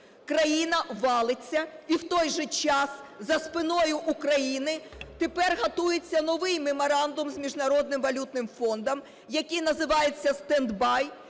країна валиться. І в той же час за спиною України тепер готується новий меморандум з Міжнародним валютним фондом, який називається stand-by,